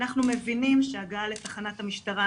אנחנו מבינים שהגעה לתחנת המשטרה,